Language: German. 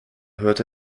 hörte